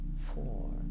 four